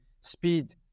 speed